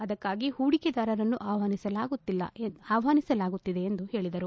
ಅದಕ್ಕಾಗಿ ಪೂಡಿಕೆದಾರರನ್ನು ಆಹ್ನಾನಿಸಲಾಗುತ್ತಿದೆ ಎಂದು ಹೆಳಿದರು